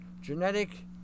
Genetic